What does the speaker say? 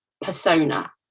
persona